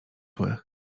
dorosłych